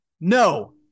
no